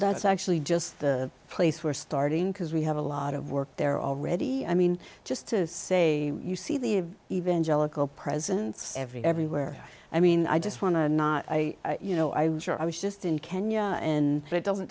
that's actually just the place we're starting because we have a lot of work there already i mean just to say you see the evangelical presence every everywhere i mean i just want to not i you know i was sure i was just in kenya and it doesn't